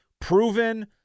proven